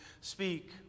Speak